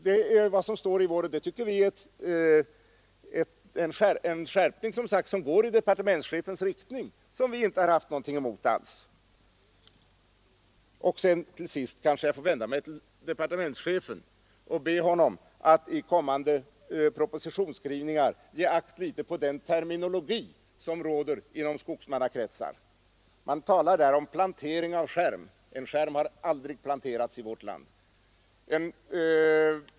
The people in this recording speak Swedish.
Det är vad som står i vår reservation och det tycker vi är en skärpning i riktning mot departementschefens intentioner, vilket vi inte har något emot alls. Till sist får jag kanske vända mig till departementschefen och be honom att i kommande propositionsskrivning ge akt litet på den terminologi som råder i skogsmannakretsar. I propositionen talas om plantering av skärm. En skärm har aldrig planterats i vårt land.